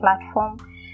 platform